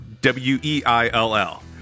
w-e-i-l-l